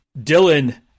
Dylan